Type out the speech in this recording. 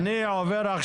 למה חברות פרטיות?